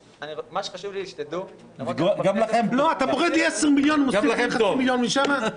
אתה מוריד לי 10 מיליון שקל מכאן ומוסיף לי מיליון משם.